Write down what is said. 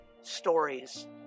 Stories